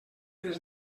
les